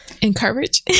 encourage